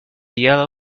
yellow